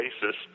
basis